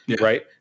right